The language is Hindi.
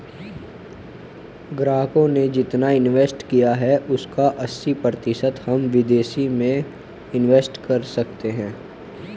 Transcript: ग्राहकों ने जितना इंवेस्ट किया है उसका अस्सी प्रतिशत हम विदेश में इंवेस्ट कर सकते हैं